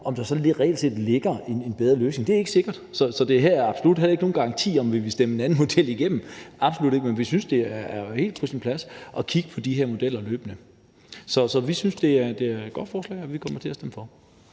om der så reelt set ligger en bedre løsning. Det er ikke sikkert. Så det her er absolut heller ikke nogen garanti for, at vi vil stemme en anden model igennem – absolut ikke – men vi synes, det er helt på sin plads at kigge på de her modeller løbende. Så vi synes, det er et godt forslag, og vi kommer til at stemme for.